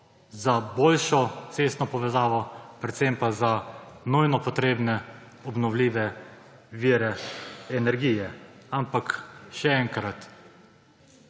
za boljo cestno povezavo, predvsem pa za nujno potrebne obnovljive vire energije. Ampak še enkrat;